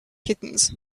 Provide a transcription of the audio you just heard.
kittens